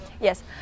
Yes